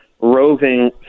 Roving